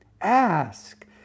Ask